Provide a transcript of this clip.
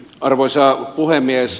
arvoisa puhemies